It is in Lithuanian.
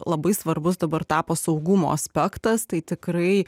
labai svarbus dabar tapo saugumo aspektas tai tikrai